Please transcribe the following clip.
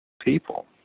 people